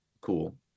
cool